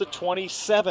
27